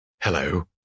Hello